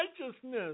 righteousness